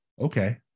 Okay